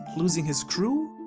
losing his crew,